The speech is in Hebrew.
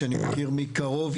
שאני מכיר מקרוב,